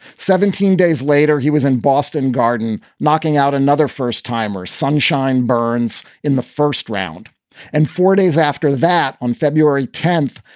seventeen days later, he was in boston garden, knocking out another first timer. sunshine burns in the first round and four days after that. on february tenth,